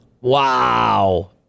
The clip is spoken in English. Wow